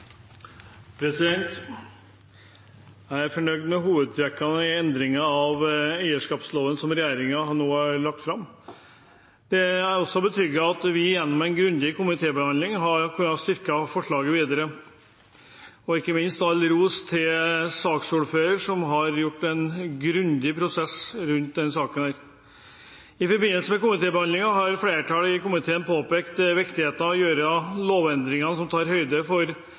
til. Jeg er fornøyd med hovedtrekkene i forslagene til endring av eierseksjonsloven, som regjeringen nå har lagt fram. Jeg er også betrygget av at vi gjennom en grundig komitébehandling har kunnet styrke forslagene ytterligere. Jeg vil ikke minst gi all ros til saksordføreren, som har ført en grundig prosess rundt denne saken. I forbindelse med komitébehandlingen har flertallet i komiteen påpekt viktigheten av å gjøre lovendringer som tar høyde for